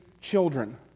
children